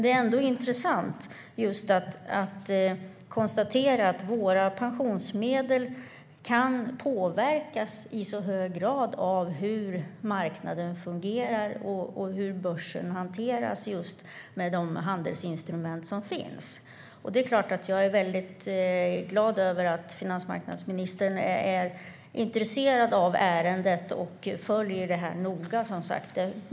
Det är ändå intressant att konstatera att våra pensionsmedel kan påverkas i så hög grad av hur marknaden fungerar och hur börsen hanteras med de handelsinstrument som finns. Jag är glad över att finansmarknadsministern är intresserad av ärendet och följer det noga.